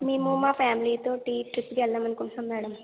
మేము మా ఫ్యామిలీతో ట్రిప్కు వెళ్దాం అనుకుంటున్నాం మేడం